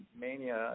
mania